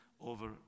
over